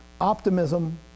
Optimism